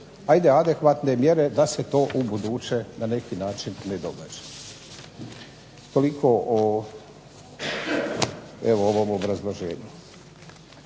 hajde adekvatne mjere da se to u buduće na neki način ne događa. Toliko evo o ovom obrazloženju.